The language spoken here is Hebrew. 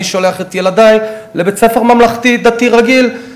אני שולח את ילדי לבית-ספר ממלכתי-דתי רגיל,